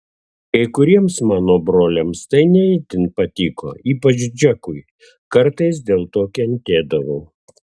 kai kuriems mano broliams tai ne itin patiko ypač džekui kartais dėl to kentėdavau